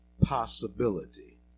possibility